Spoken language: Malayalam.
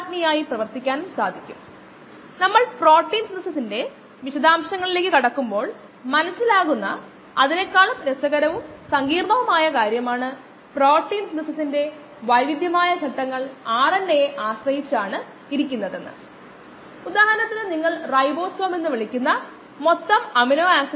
അല്ലെങ്കിൽ നമുടെ വീക്ഷണകോണിൽ നിന്ന് ഒരു ഡിസൈൻ വീക്ഷണകോണിൽ നിന്ന് നോക്കാനുള്ള മാർഗ്ഗം പ്രക്രിയ ആരംഭിക്കുമ്പോൾ xv0 മുതൽ xv വരെ ആരംഭിക്കുന്ന xv ലേക്ക് താഴേക്ക് പോകാൻ പ്രാപ്തിയുള്ള കോശങ്ങളുടെ സാന്ദ്രതക് ആവശ്യമായ സമയമാണ് t അല്ലാതെ മറ്റൊന്നുമല്ല ഞാൻ സ്വാഭാവിക ലോഗിലേക്ക് പരിവർത്തനം ചെയ്യുന്നു ലോഗ് ബേസ് 10